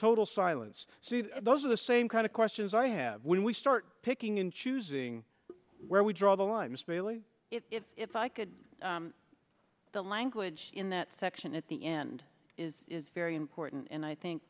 total silence those are the same kind of questions i have when we start picking and choosing where we draw the line especially if i could the language in that section at the end is is very important and i think